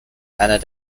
einer